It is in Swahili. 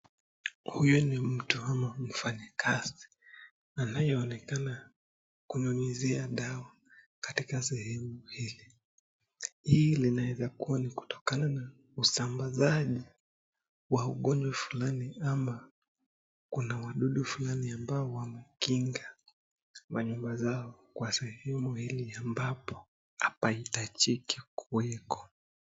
Huyu mtu ni mfanyakazi anayeonekana kunyunyizia dawa katika sehemu hili. Hii inaweza kuwa ni kutokana na usambazaji wa ugonjwa fulani ama kuna wadudu fulani ambao wanakinga manyumba zao kwa sehemu hili ambapo hapahitajiki kuwepo.